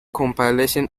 compilation